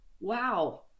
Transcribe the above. wow